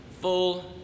full